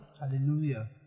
hallelujah